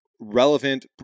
relevant